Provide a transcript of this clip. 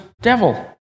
devil